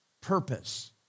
Purpose